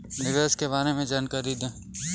निवेश के बारे में जानकारी दें?